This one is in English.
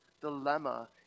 dilemma